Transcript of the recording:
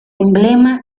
emblema